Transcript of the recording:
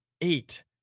eight